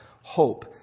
hope